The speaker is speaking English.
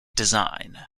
design